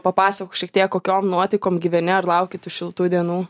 papasakok šiek tiek kokiom nuotaikom gyveni ar lauki tų šiltų dienų